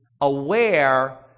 aware